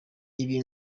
ibi